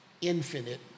infinite